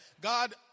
God